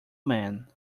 man